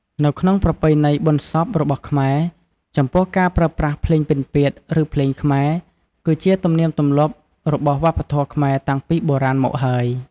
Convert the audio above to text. នៅក្នុងប្រពៃណីបុណ្យសពរបស់ខ្មែរ ចំពោះការប្រើប្រាស់ភ្លេងពិណពាទ្យ ឬភ្លេងខ្មែរ គឺជាទំនៀមទម្លាប់របស់វប្បធម៌ខ្មែរតាំងពីបុរាណមកហើយ។